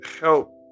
help